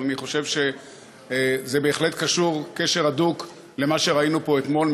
אבל אני חושב שזה בהחלט קשור קשר הדוק למה שראינו פה אתמול.